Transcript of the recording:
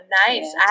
nice